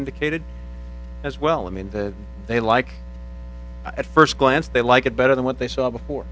indicated as well i mean the they like at first glance they like it better than what they saw before